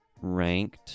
ranked